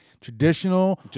traditional